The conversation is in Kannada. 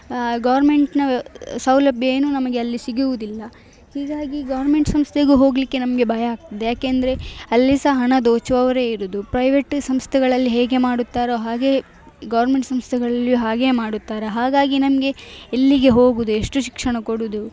ಗೌರ್ಮೆಂಟ್ನ ಸೌಲಭ್ಯ ಏನೂ ನಮಗೆ ಅಲ್ಲಿ ಸಿಗಿವುದಿಲ್ಲ ಹೀಗಾಗಿ ಗೌರ್ಮೆಂಟ್ ಸಂಸ್ಥೆಗೂ ಹೋಗಲಿಕ್ಕೆ ನಮಗೆ ಭಯ ಆಗ್ತದೆ ಏಕೆಂದ್ರೆ ಅಲ್ಲಿ ಸಹ ಹಣ ದೋಚುವವರೇ ಇರುವುದು ಪ್ರೈವೇಟ್ ಸಂಸ್ಥೆಗಳಲ್ಲಿ ಹೇಗೆ ಮಾಡುತ್ತಾರೋ ಹಾಗೇ ಗೋರ್ಮೆಂಟ್ ಸಂಸ್ಥೆಗಳಲ್ಲಿಯೂ ಹಾಗೇ ಮಾಡುತ್ತಾರೆ ಹಾಗಾಗಿ ನಮಗೆ ಎಲ್ಲಿಗೆ ಹೋಗುವುದು ಎಷ್ಟು ಶಿಕ್ಷಣ ಕೊಡುವುದು